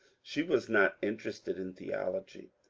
she was not interested in theology,